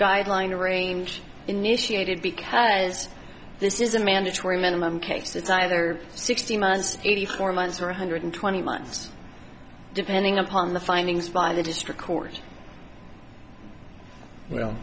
guideline range initiated because this is a mandatory minimum case it's either sixty months eighty four months or one hundred twenty months depending upon the findings by the district court well